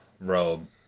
robe